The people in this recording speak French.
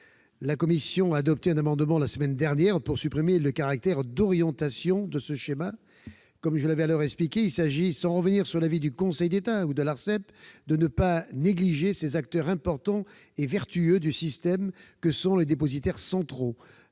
la commission a adopté un amendement pour supprimer ce caractère d'orientation. Comme je l'avais alors expliqué, il s'agit, sans revenir sur l'avis du Conseil d'État ou de l'Arcep, de ne pas négliger ces acteurs importants et vertueux du système que sont les dépositaires centraux.